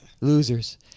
Losers